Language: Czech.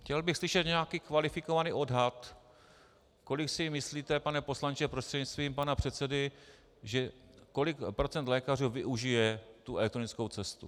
Chtěl bych slyšet nějaký kvalifikovaný odhad, kolik si myslíte, pane poslanče prostřednictvím pana předsedy, kolik procent lékařů využije tu elektronickou cestu.